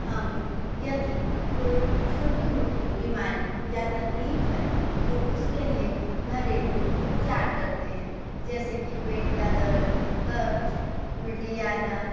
हम यदि कोई छोटी मोटी बीमारी या तकलीफ है तो उसके लिए घरेलू उपचार करते हैं जैसे कि पेट का दर्द कब्ज उल्टी आना